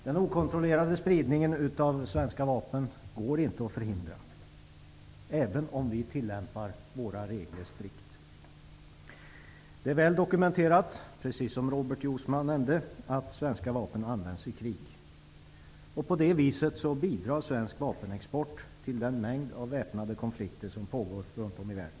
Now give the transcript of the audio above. Den okontrollerade spridningen av svenska vapen går inte att förhindra, även om vi strikt tillämpar våra regler. Precis som Robert Jousma nämnde är det väl dokumenterat att svenska vapen används i krig. På så sätt bidrar svensk vapenexport till de många väpnade konflikter som pågår runt om i världen.